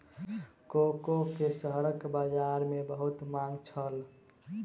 cocoa के शहरक बजार में बहुत मांग छल